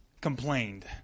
Complained